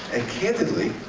and, candidly,